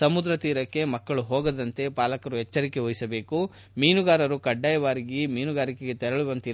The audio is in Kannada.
ಸಮುದ್ರ ತೀರಕ್ಕೆ ಮಕ್ಕಳು ಹೋಗದಂತೆ ಪಾಲಕರು ಎಚ್ಗರಿಕೆ ವಹಿಸಬೇಕು ಮೀನುಗಾರರು ಕಡ್ನಾಯವಾಗಿ ಮೀನುಗಾರಿಕೆಗೆ ತೆರಳುವಂತಿಲ್ಲ